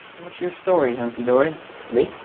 what's your story. hunky dory me.